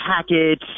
package